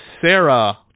Sarah